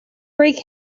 break